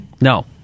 No